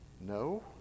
No